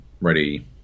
ready